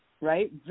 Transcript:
right